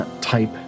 type